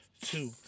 two